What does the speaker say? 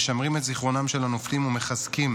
משמרים את זיכרונם של הנופלים ומחזקים